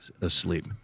asleep